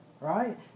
right